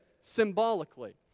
symbolically